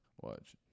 Watch